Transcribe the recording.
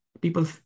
People